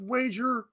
Wager